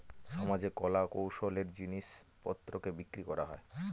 সমাজে কলা কৌশলের জিনিস পত্রকে বিক্রি করা হয়